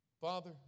Father